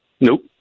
Nope